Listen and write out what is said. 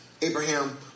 Abraham